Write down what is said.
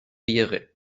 wäre